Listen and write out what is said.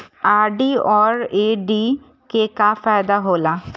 RD और FD के का फायदा हौला?